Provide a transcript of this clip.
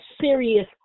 serious